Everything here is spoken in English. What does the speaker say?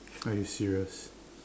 are you serious